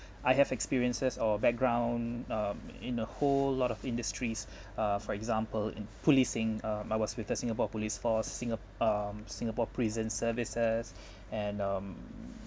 I have experiences or background um in a whole lot of industries uh for example in policing uh I was with the singapore police force singa~ um singapore prison services and um